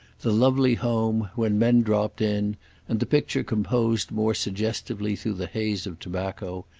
the lovely home, when men dropped in and the picture composed more suggestively through the haze of tobacco,